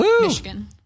Michigan